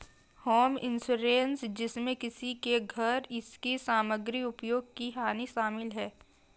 home insurance जिसमें किसी के घर इसकी सामग्री उपयोग की हानि शामिल है